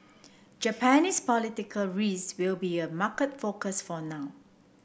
Japanese political will be a market focus for now